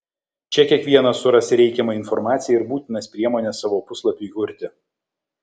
čia kiekvienas suras reikiamą informaciją ir būtinas priemones savo puslapiui kurti